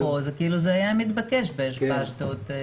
זה היה מתבקש באשדוד.